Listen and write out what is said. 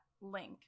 link